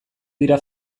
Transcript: dira